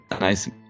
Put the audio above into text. nice